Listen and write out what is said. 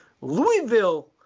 Louisville